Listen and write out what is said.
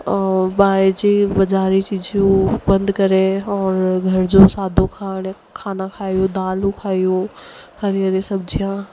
ऐं ॿाहिरि जी बाज़ारी चीजूं बंदि करे औरि घर जो सादो खाण खाना खायूं दालूं खायूं हरी हरी सब्जियां